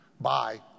Bye